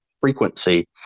frequency